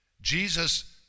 Jesus